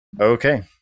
okay